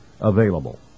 available